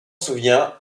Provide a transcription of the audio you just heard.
souvient